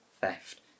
theft